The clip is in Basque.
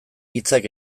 hitzak